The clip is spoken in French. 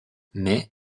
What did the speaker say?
mais